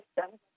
system